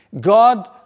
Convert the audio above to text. God